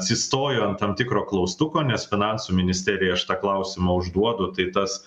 atsistoju ant tam tikro klaustuko nes finansų ministerijai aš tą klausimą užduodu tai tas